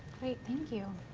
thank you.